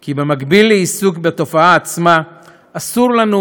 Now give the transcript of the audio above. כי במקביל לעיסוק בתופעה עצמה אסור לנו